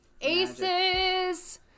Aces